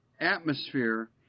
atmosphere